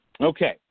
Okay